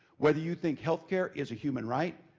whether you think healthcare is a human right,